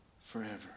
forever